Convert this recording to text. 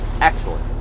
excellent